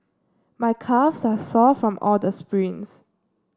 my calves are sore from all the sprints